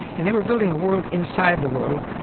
and they were building a world inside the world.